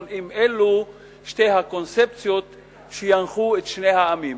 אם אלו שתי הקונספציות שינחו את שני העמים.